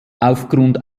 aufgrund